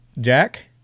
Jack